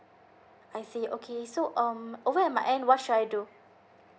I see okay so um over at my end what should I do